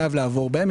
חייב לעבור בהם,